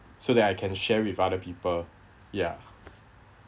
so that I can share with other people ya